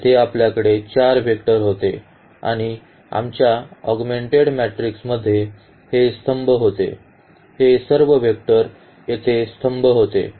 येथे आपल्याकडे चार वेक्टर होते आणि आमच्या ऑगमेंटेड मॅट्रिक्स मध्ये हे स्तंभ होते हे सर्व वेक्टर येथे स्तंभ होते